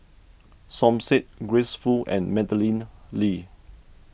Som Said Grace Fu and Madeleine Lee